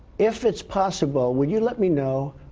if it's possible, will you let me know,